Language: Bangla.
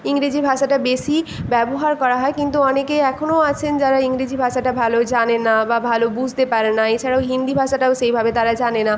ইংরেজি ভাষাটা বেশি ব্যবহার করা হয় কিন্তু অনেকে এখনও আছেন যারা ইংরেজি ভাষাটা ভালো জানে না বা ভালো বুঝতে পারে না এছাড়াও হিন্দি ভাষাটাও সেইভাবে তারা জানে না